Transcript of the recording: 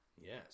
Yes